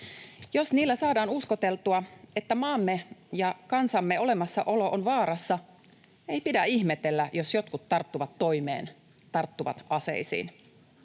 Jos niillä saadaan uskoteltua, että maamme ja kansamme olemassaolo on vaarassa, ei pidä ihmetellä, jos jotkut tarttuvat toimeen, tarttuvat aseisiin.